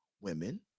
women